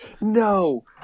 no